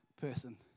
person